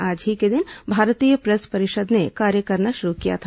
आज ही के दिन भारतीय प्रेस परिषद ने कार्य करना शुरू किया था